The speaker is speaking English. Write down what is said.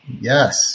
Yes